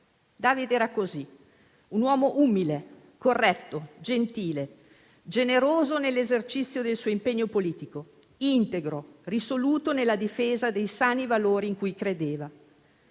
David era così, un uomo umile, corretto, gentile, generoso nell'esercizio del suo impegno politico, integro, risoluto nella difesa dei sani valori in cui credeva.